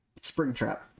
Springtrap